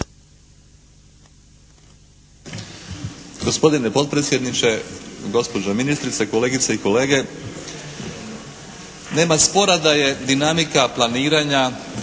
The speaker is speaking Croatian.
Gospodine potpredsjedniče, gospođo ministrice, kolegice i kolege. Nema spora da je dinamika planiranja